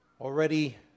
already